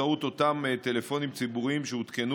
באמצעות אותם טלפונים ציבוריים שהותקנו